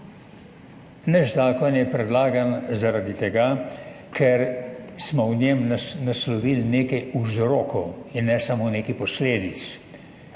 zakon je predlagan zaradi tega, ker smo v njem naslovili nekaj vzrokov in ne samo nekaj posledic,